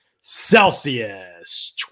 Celsius